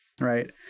right